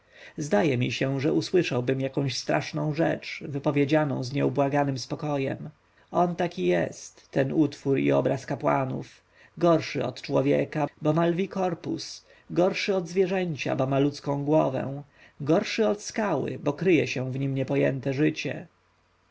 zdaje mi się że usłyszałbym jakąś straszną rzecz wypowiedzianą z nieubłaganym spokojem on taki jest ten utwór i obraz kapłanów gorszy od człowieka bo ma lwi korpus gorszy od zwierzęcia bo ma ludzką głowę gorszy od skały bo kryje się w nim niepojęte życie